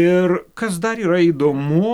ir kas dar yra įdomu